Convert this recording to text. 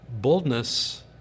boldness